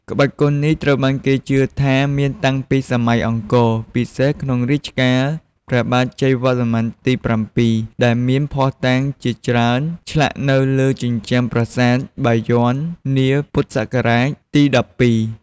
ក្បាច់គុននេះត្រូវបានគេជឿថាមានតាំងពីសម័យអង្គរ ពិសេសក្នុងរជ្ជកាលព្រះបាទជ័យវរ្ម័នទី៧ ដែលមានភស្តុតាងជាច្រើនឆ្លាក់នៅលើជញ្ជាំងប្រាសាទបាយ័ននាពុទ្ធសករាជទី១២។